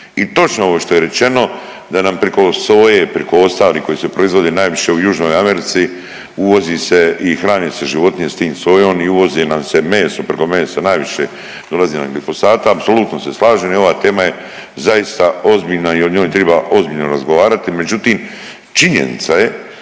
I točno ovo što je rečeno da nam preko soje, preko ostalih koji se proizvode najviše u Južnoj Americi uvozi se i hrane se životinje s tim sojom i uvozi nam se meso, preko mesa najviše dolazi nam glifosata, apsolutno se slažem i ova tema je zaista ozbiljna i o njoj triba ozbiljno razgovarati. Međutim, činjenica je